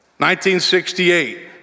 1968